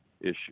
issue